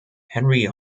henry